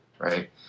right